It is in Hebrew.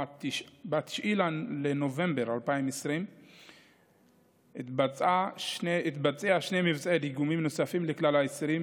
ב-9 בנובמבר 2020 התבצעו שני מבצעי דיגומים נוספים לכלל האסירים.